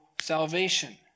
salvation